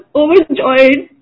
overjoyed